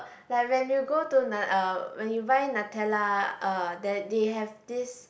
like when you go to nu~ uh when you buy Nutella uh that they have this